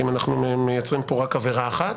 כי אנחנו מייצרים פה רק עבירה אחת,